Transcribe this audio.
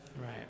Right